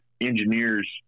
engineers